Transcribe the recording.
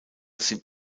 sind